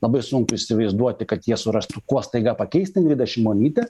labai sunku įsivaizduoti kad jie surastų kuo staiga pakeisti ingridą šimonytę